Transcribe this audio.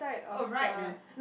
oh right ah